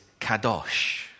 kadosh